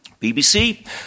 BBC